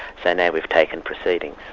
so now we've taken proceedings.